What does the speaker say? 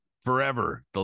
Forever